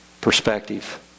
perspective